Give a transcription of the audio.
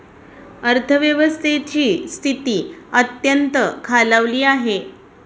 अर्थव्यवस्थेची स्थिती अत्यंत खालावली आहे